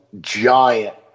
giant